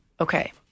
Okay